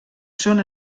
són